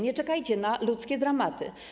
Nie czekajcie na ludzkie dramaty.